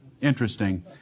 Interesting